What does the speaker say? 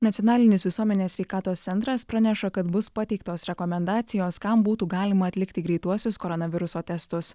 nacionalinis visuomenės sveikatos centras praneša kad bus pateiktos rekomendacijos kam būtų galima atlikti greituosius koronaviruso testus